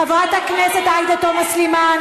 חברת הכנסת עאידה תומא סלימאן,